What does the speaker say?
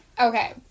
Okay